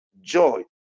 joy